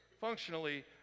functionally